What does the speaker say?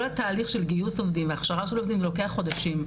כל התהליך של גיוס עובדים והכשרה של עובדים זה לוקח חודשים.